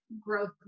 growth